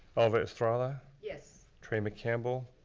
elva estrada. yes. trey mccampbell.